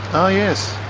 oh yes.